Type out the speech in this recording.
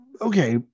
okay